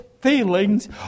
feelings